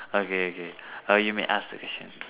okay okay err you may ask the question